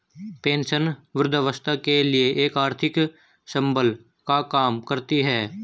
pension वृद्धावस्था के लिए एक आर्थिक संबल का काम करती है